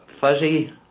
fuzzy